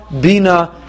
Bina